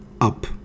up